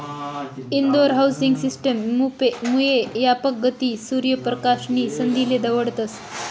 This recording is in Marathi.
इंदोर हाउसिंग सिस्टम मुये यापक गती, सूर्य परकाश नी संधीले दवडतस